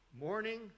morning